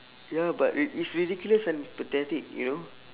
ya but it is ridiculous and pathetic you know